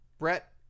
Brett